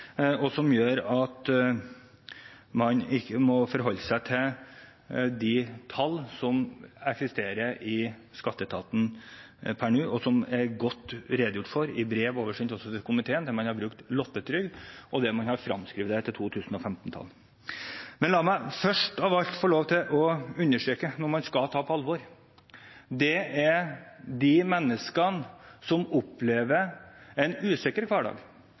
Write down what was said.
og som gjør at man må forholde seg til de tall som eksisterer i skatteetaten per nå, og som er godt redegjort for i brev oversendt også til komiteen, der man har brukt LOTTE-Trygd, og der man har fremskrevet det etter 2015-tall. Men la meg først av alt få lov til å understreke noe man skal ta på alvor, og det er de menneskene som opplever en usikker hverdag,